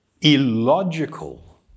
illogical